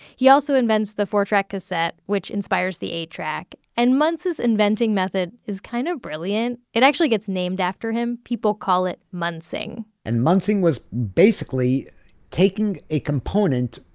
he also invents the four track cassette, which inspires the eight track. and muntz's inventing method is kind of brilliant. it actually gets named after him. people call it muntzing and muntzing was basically taking a component,